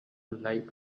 lake